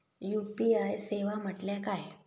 UPI सेवा म्हटल्या काय?